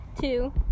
two